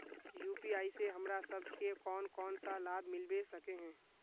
UPI से हमरा सब के कोन कोन सा लाभ मिलबे सके है?